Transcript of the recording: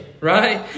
right